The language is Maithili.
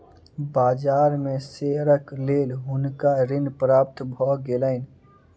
बाजार में शेयरक लेल हुनका ऋण प्राप्त भ गेलैन